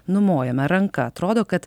numojame ranka atrodo kad